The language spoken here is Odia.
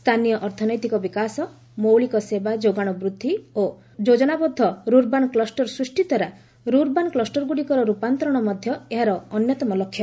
ସ୍ଥାନୀୟ ଅର୍ଥନୈତିକ ବିକାଶ ମୌଳିକ ସେବା ଯୋଗାଣ ବୃଦ୍ଧି ଓ ଯୋଜନାବଦ୍ଧ ରୁର୍ବାନ କ୍ଲୁଷ୍ଟର ସୃଷ୍ଟି ଦ୍ୱାରା ରୁର୍ବାନ କ୍ଲୁଷ୍ଟରଗୁଡ଼ିକର ରୂପାନ୍ତରଣ ମଧ୍ୟ ଏହାର ଅନ୍ୟତମ ଲକ୍ଷ୍ୟ